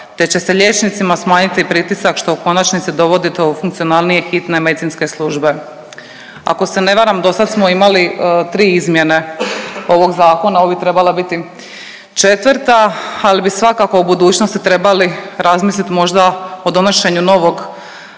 te će se liječnicima smanjiti pritisak što u konačnici dovodi do funkcionalne hitne medicinske služe. Ako se ne varam do sad smo imali tri izmjene ovog zakona, ovo bi trebala biti četvrta, ali bi svakako u budućnosti trebali razmislit možda o donošenju novog